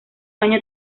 año